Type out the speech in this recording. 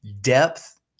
depth